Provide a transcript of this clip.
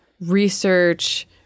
research